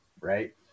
right